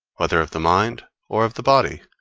whether of the mind or of the body.